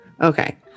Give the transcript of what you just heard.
Okay